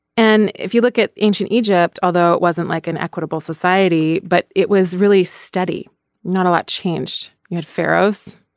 and if you look at ancient egypt although it wasn't like an equitable society but it was really steady not a lot changed. you had pharaohs.